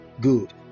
Good